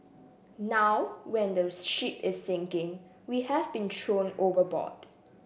now when those ship is sinking we have been thrown overboard